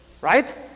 Right